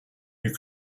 you